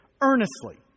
earnestly